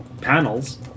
panels